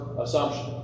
assumption